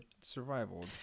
survival